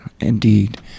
indeed